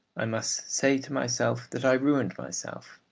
i must say to myself that i ruined myself,